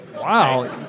wow